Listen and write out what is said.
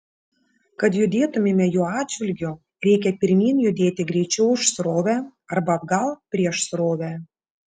kad judėtumėme jo atžvilgiu reikia pirmyn judėti greičiau už srovę arba atgal prieš srovę